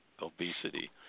obesity